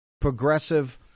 progressive